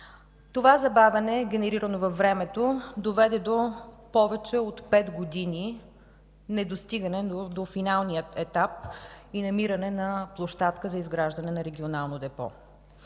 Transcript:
Това забавяне, генерирано във времето, доведе до повече от пет години недостигане до финалния етап и намиране на площадка за изграждане на регионално депо.